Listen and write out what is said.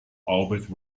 albert